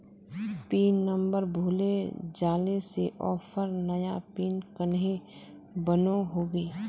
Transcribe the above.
Pin number भूले जाले से ऑफर नया पिन कन्हे बनो होबे?